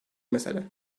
mesele